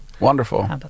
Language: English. Wonderful